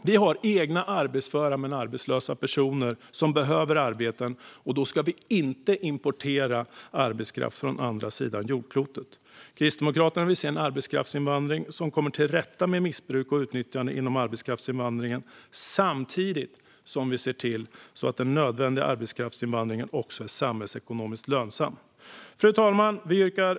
Vi har egna arbetsföra men arbetslösa personer som behöver arbeten, och då ska vi inte importera arbetskraft från andra sidan jordklotet. Kristdemokraterna vill se en politik för arbetskraftsinvandring som kommer till rätta med missbruk och utnyttjande inom arbetskraftsinvandringen samtidigt som vi ser till att den nödvändiga arbetskraftsinvandringen är samhällsekonomiskt lönsam. Fru talman!